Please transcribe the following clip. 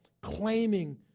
claiming